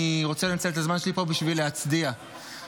אני רוצה לנצל את הזמן שלי פה בשביל להצדיע לך,